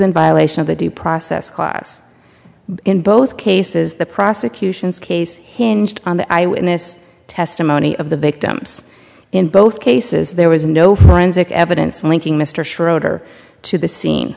in violation of the due process clause in both cases the prosecution's case hinged on the eyewitness testimony of the victims in both cases there was no forensic evidence linking mr schroeder to the scene